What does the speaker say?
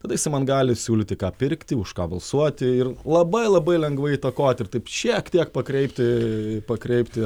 tada jisai man gali siūlyti ką pirkti už ką balsuoti ir labai labai lengvai įtakoti ir taip šiek tiek pakreipti pakreipti